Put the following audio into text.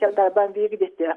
tiem darbam vykdyti